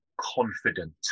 confident